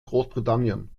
großbritannien